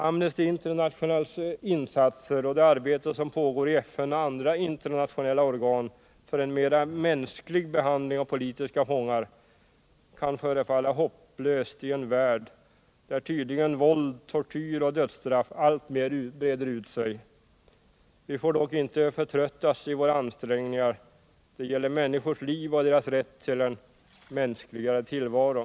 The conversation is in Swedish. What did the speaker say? Amnesty Internationals insatser och det arbete som pågår i FN och andra internationella organ för en mera mänsklig behandling av politiska fångar kan förefalla hopplösa i en värld där tydligen våld, tortyr och dödsstraff alltmer breder ut sig. Vi får dock inte förtröttas i våra ansträngningar. Det gäller människors liv och deras rätt till en mänskligare tillvaro.